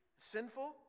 sinful